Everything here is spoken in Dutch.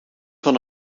van